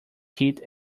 heat